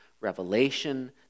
Revelation